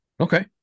Okay